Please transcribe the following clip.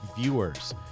viewers